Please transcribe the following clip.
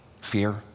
Fear